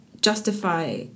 justify